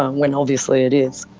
when obviously it is.